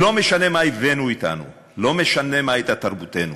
לא משנה מה הבאנו אתנו, לא משנה מה הייתה תרבותנו,